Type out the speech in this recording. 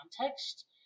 context